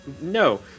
no